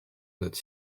note